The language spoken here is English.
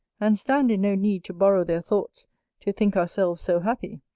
and stand in no need to borrow their thoughts to think ourselves so happy.